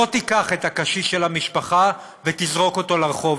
לא תיקח את הקשיש של המשפחה ותזרוק אותו לרחוב,